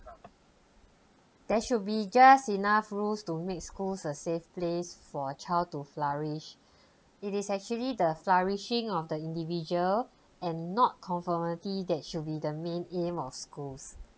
there should be just enough rules to make schools a safe place for a child to flourish it is actually the flourishing of the individual and not conformity that should be the main aim of schools